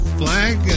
flag